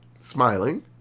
smiling